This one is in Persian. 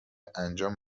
انجام